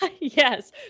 yes